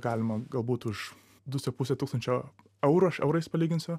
galima galbūt už du su puse tūkstančio eurų aš eurais palyginsiu